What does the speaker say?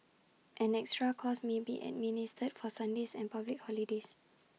an extra cost may be administered for Sundays and public holidays